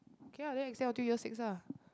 okay ah then instead of two year six ah